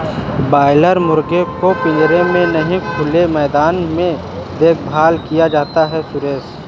boiler मुर्गी को पिंजरे में नहीं खुले मैदान में देखभाल किया जाता है सुरेश